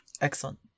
Excellent